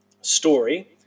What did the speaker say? story